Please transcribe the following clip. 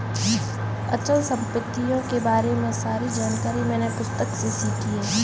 अचल संपत्तियों के बारे में सारी जानकारी मैंने पुस्तक से सीखी है